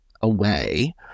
away